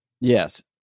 yes